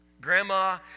Grandma